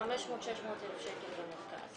ו-500,000 עד 600,000 שקל במרכז.